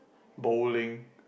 bowling